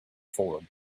fort